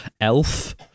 Elf